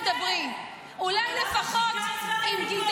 אני רוצה לדבר על מה שהוא עשה פה,